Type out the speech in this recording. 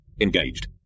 Engaged